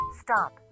Stop